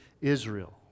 Israel